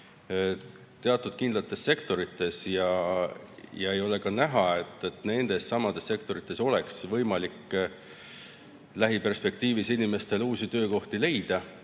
teatud kindlates sektorites ja ei ole ka näha, et nendessamades sektorites oleks võimalik lähiperspektiivis inimestele uusi töökohti leida,